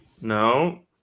No